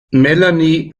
melanie